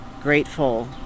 grateful